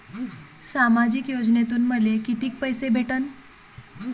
सामाजिक योजनेतून मले कितीक पैसे भेटन?